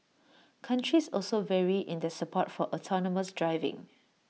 countries also vary in their support for autonomous driving